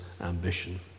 ambition